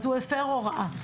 אז הוא הפר הוראה.